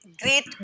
great